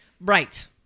Right